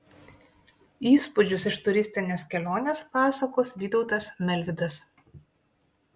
įspūdžius iš turistinės kelionės pasakos vytautas melvydas